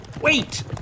wait